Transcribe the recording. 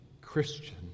Christian